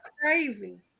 crazy